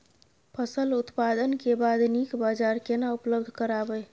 फसल उत्पादन के बाद नीक बाजार केना उपलब्ध कराबै?